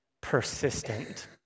persistent